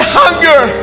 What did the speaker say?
hunger